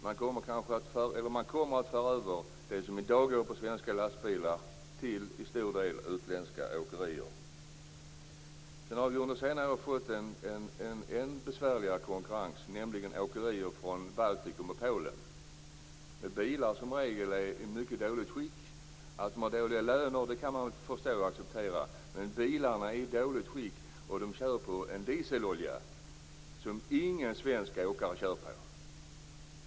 Man kommer till stor del att föra över det som i dag går på svenska lastbilar till utländska åkeriers lastbilar. Under senare år har vi fått en än besvärligare konkurrens, nämligen åkerier från Baltikum och Polen. Dessa åkare har i regel bilar som är i mycket dåligt skick. Att de har låga löner kan man väl förstå och acceptera. Men bilarna är i dåligt skick, och de kör på en dieselolja som ingen svensk åkare använder.